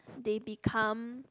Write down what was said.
they become